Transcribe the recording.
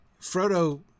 Frodo